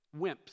wimps